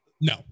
No